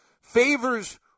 Favors